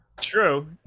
true